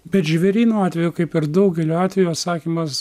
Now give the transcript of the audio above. bet žvėryno atveju kaip ir daugeliu atveju atsakymas